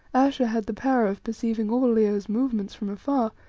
ayesha had the power of perceiving all leo's movements from afar,